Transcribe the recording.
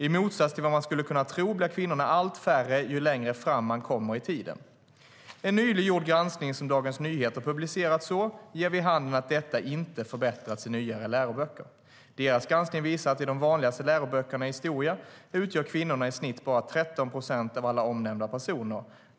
I motsats till vad man skulle kunna tro blir kvinnorna allt färre ju längre fram man kommer i tiden. En nyligen gjord granskning som Dagens Nyheter publicerat ger vid handen att detta inte förbättrats i nyare läroböcker. DN:s granskning visar att i de vanligaste läroböckerna i historia utgör kvinnor i snitt bara 13 procent av alla omnämnda personer.